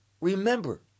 remember